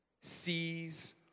sees